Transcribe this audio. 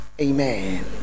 Amen